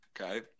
Okay